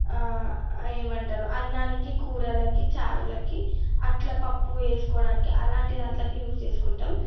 ఏమంటారు అన్నానికి కూరలకి చారులకి అట్ల పప్పు వేస్కోడానికి అలాంటి దాంట్లోకి యూస్ చేస్కుంటాం